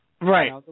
Right